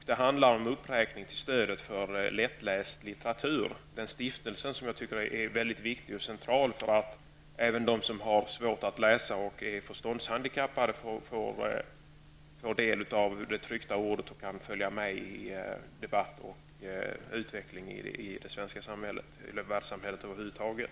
Den handlar om en uppräkning av stödet till lättläst litteratur och LL-stiftelsen, som jag tycker är mycket viktig och central för att även de som har svårt att läsa och är förståndshandikappade får del av det tryckta ordet och kan följa med i debatten och utvecklingen i det svenska samhället eller världssamhället över huvud taget.